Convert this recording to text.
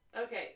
Okay